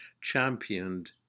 championed